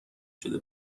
شده